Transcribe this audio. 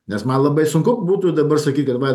nes man labai sunku būtų dabar sakyt kad man